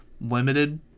limited